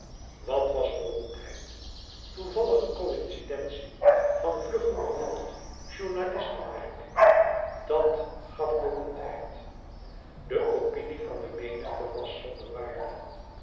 wat was beroemdheid toevallige coïncidentie van vlug geroffeld journalistenwerk dàt gaf beroemdheid de opinie van de menigte was zonder waarde